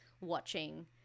watching